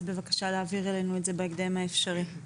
אז בבקשה להעביר את זה אלינו בהקדם האפשרי.